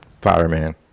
fireman